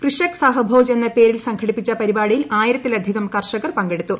ക്രിഷക് സഹഭോജ് എന്ന പേരിൽ സംഘടിപ്പിച്ച പരിപാടിയിൽ ആയിരത്തിലധികം കർഷകർ പങ്കെടുത്തു